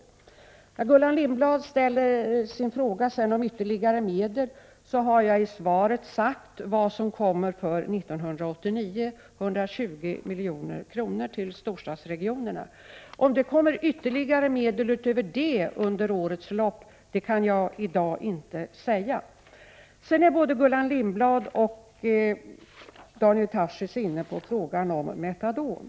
Beträffande Gullan Lindblads frågor om ytterligare medel har jag i svaret sagt att 120 milj.kr. 1989 kommer att fördelas till storstadsregionerna. Om ytterligare medel kommer att utgå under året kan jag i dag inte säga. Både Gullan Lindblad och Daniel Tarschys tog i sina anföranden upp metadon.